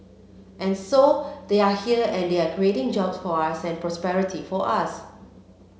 and so they are here and they are creating jobs for us and prosperity for us